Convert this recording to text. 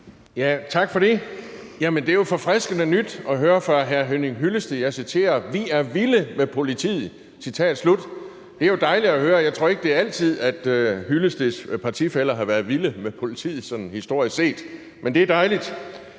Tak for det. Det er jo forfriskende nyt at høre fra hr. Henning Hyllested, og jeg citerer: Vi er vilde med politiet. Det er jo dejligt at høre, og jeg tror ikke, at det er altid, at hr. Henning Hyllesteds partifæller har været vilde med politiet, sådan historisk set. Det er jo dejligt.